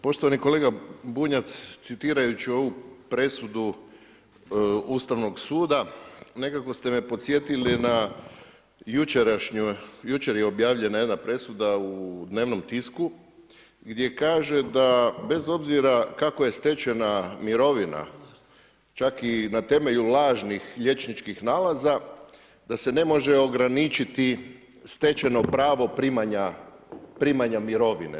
Poštovani kolega Bunjac, citirajući ovu presudu, Ustavnog suda, nekako ste me podsjetili na jučerašnju, jučer je objavljena jedna presuda u dnevnom tisku, gdje kaže, da bez obzira kako je stečena mirovina, čak i na temelju lažnih liječničkih nalaza da se ne može ograničiti stečeno pravo primanja mirovine.